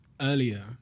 earlier